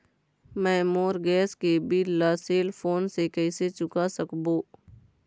मैं मोर गैस के बिल ला सेल फोन से कइसे चुका सकबो?